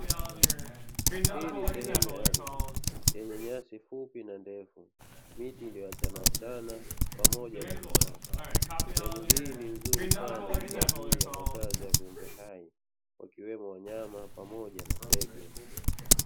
Hii ni sehemu ya ardhi, yenye nyasi fupi na ndefu, na miti iliyo achanaachana pamoja na vichaka. Sehemu hii ni nzuri sana kwa ajili ya makazi ya viumbe hai, wakiwemo wanyama pamoja na ndege.